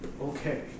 Okay